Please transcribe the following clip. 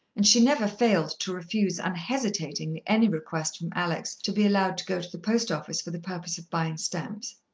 and she never failed to refuse unhesitatingly any request from alex to be allowed to go to the post office for the purpose of buying stamps.